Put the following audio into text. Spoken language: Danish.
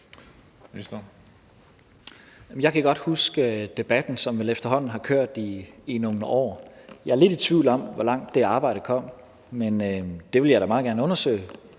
Jeg kan godt huske debatten, som vel efterhånden har kørt i nogle år. Jeg er lidt tvivl om, hvor langt det arbejde kom, men det vil jeg da meget gerne undersøge.